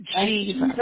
Jesus